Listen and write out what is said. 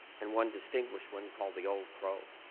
and one distinguished one called the old crow.